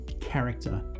character